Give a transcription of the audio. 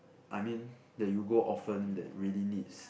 I mean the you go often that really needs